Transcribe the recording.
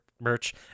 merch